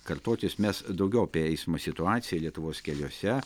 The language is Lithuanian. kartotis mes daugiau apie eismo situaciją lietuvos keliuose